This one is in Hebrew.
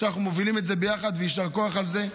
שאנחנו מובילים את זה ביחד, ויישר כוח על זה.